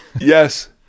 Yes